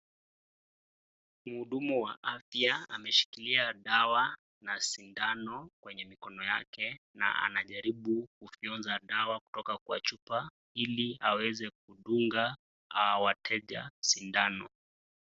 Mhudumu wa afya ameshikilia dawa na sindano kwenye mikono yake na anajaribu kufionza dawa kutoka kwa chupa ili aweze kudunga wateja sindano.